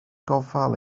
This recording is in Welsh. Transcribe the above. gofal